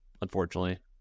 unfortunately